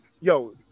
Yo